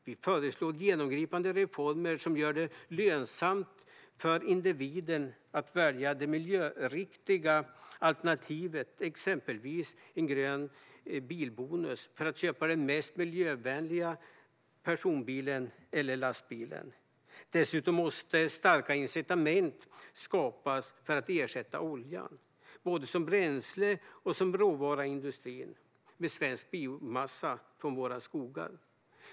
Vi föreslår genomgripande reformer som gör det lönsamt för individen att välja det miljöriktiga alternativet, exempelvis en grön bilbonus för att köpa den mest miljövänliga personbilen eller lastbilen. Dessutom måste starka incitament skapas för att ersätta oljan, både som bränsle och som råvara i industrin, med svensk biomassa från våra skogar.